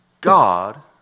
God